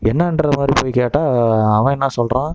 என்னென்ற மாதிரி போய் கேட்டால் அவன் என்ன சொல்கிறான்